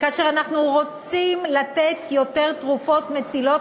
כאשר אנחנו רוצים לתת יותר תרופות מצילות